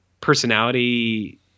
personality